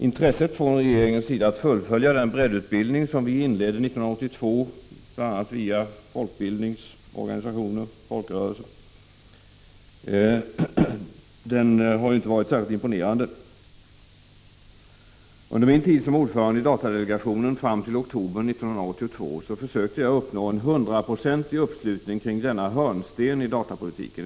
Intresset från regeringens sida att fullfölja den breddutbildning som vi inledde 1982, bl.a. via folkbildningens organisationer, har ju inte varit särskilt imponerande. Under min tid som ordförande i datadelegationen fram till oktober 1982 försökte jag uppnå en hundraprocentig uppslutning kring denna hörnsten i datapolitiken.